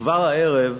כבר הערב,